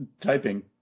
typing